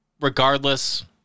Regardless